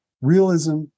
realism